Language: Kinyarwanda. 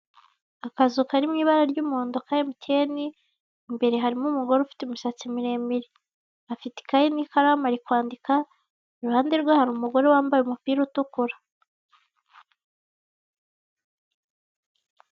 Akazu kari mu ibara ry'umuhondo ka MTN, imbere harimo umugore ufite imisatsi miremire. Afite ikayi n'ikaramu ari kwandika, iruhande rwe hari umugore wambaye umupira utukura.